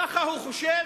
ככה הוא חושב,